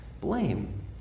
blame